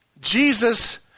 Jesus